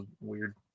weird